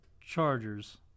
Chargers